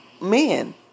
men